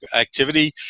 activity